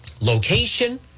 location